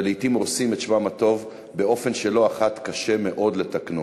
ולעתים הורסים את שמם הטוב באופן שלא אחת קשה מאוד לתקנו.